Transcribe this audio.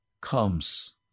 comes